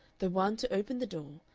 the one to open the door,